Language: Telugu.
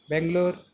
బెంగుళూర్